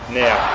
now